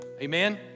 Amen